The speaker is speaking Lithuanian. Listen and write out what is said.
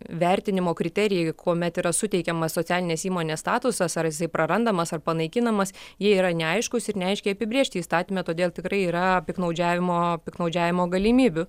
vertinimo kriterijai kuomet yra suteikiamas socialinės įmonės statusas ar jisai prarandamas ar panaikinamas jie yra neaiškūs ir neaiškiai apibrėžti įstatyme todėl tikrai yra piktnaudžiavimo piktnaudžiavimo galimybių